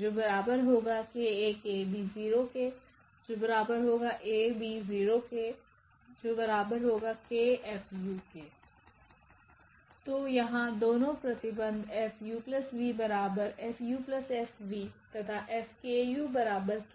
𝑘𝑏 𝑘𝑐 𝑘𝑎 𝑘𝑏 0 𝑎 𝑏 0 𝑘𝐹𝑢 तो यहाँ दोनों प्रतिबंध F𝑢𝑣F𝑢F𝑣 तथा F𝑘𝑢 𝑘F𝑢